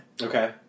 Okay